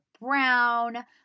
Brown